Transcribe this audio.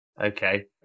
Okay